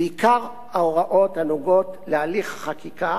ועיקר ההוראות הנוגעות להליך החקיקה